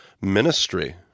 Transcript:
ministry